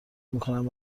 میکنن